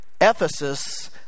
Ephesus